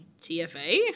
TFA